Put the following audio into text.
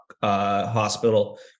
Hospital